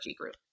group